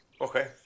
Okay